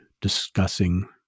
discussing